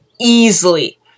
easily